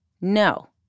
no